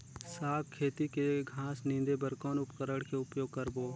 साग खेती के घास निंदे बर कौन उपकरण के उपयोग करबो?